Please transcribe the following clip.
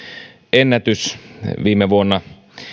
ennätys viime vuonna